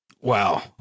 Wow